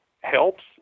helps